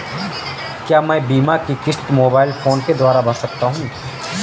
क्या मैं बीमा की किश्त मोबाइल फोन के द्वारा भर सकता हूं?